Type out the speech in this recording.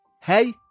Hey